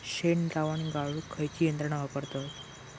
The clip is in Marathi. शेणद्रावण गाळूक खयची यंत्रणा वापरतत?